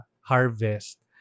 harvest